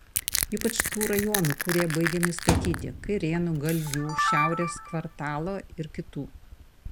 ypač tų rajonų kurie baigiami statyti kairėnų galgių šiaurės kvartalo ir kitų